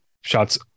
shots